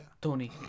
Tony